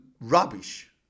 rubbish